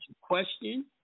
question